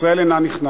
ישראל אינה נכנעת.